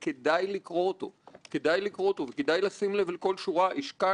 נעשה פה מאמץ אדיר כדי לייצר תשתית, הבנה